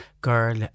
girl